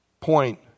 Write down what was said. point